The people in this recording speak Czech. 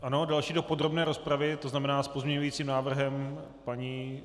Ano, další do podrobné rozpravy, to znamená s pozměňovacím návrhem paní...